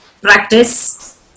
practice